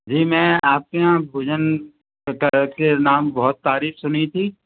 जी मैं आपके यहाँ भोजन करके नाम बहुत तारीफ़ सुनी थी